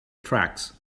tracks